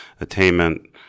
attainment